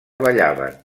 ballaven